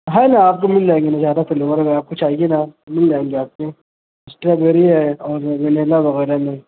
ہیں نا آپ کو مل جائیں گی نا زیادہ فلیور میں آپ کو چاہیے نا مل جائیں گی آپ کو اسٹرابیری ہے اور وینیلا وغیرہ میں